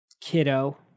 Kiddo